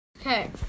Okay